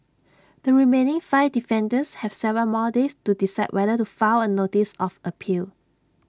the remaining five defendants have Seven more days to decide whether to file A notice of appeal